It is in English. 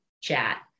chat